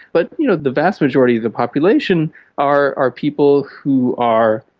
but you know the vast majority of the population are are people who are,